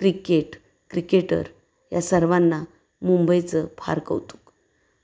cricket cricketer या सर्वांना मुंबईचं फार कौतुक